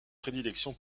prédilection